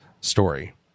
story